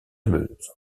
meuse